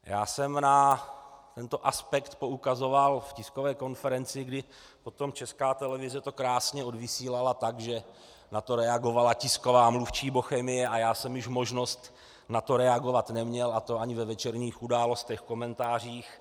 Já jsem na tento aspekt poukazoval na tiskové konferenci, kdy to potom Česká televize krásně odvysílala tak, že na to reagovala tisková mluvčí Bochemie, a já jsem již možnost na to reagovat neměl, a to ani ve večerních Událostech, komentářích.